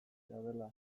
dela